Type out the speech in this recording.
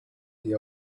the